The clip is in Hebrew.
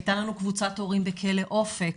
היתה לנו קבוצת הורים בכלא אופק,